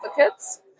advocates